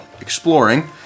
exploring